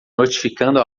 notificando